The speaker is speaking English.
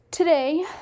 Today